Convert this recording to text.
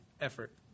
effort